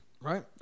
right